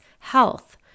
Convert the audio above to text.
health